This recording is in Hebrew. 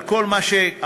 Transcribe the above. על כל מה שאמרתי,